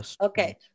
Okay